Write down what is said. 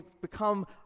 become